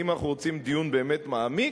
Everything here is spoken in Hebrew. ואם אנחנו רוצים דיון באמת מעמיק,